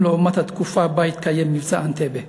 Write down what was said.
לעומת התקופה שבה התקיים "מבצע אנטבה",